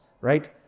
right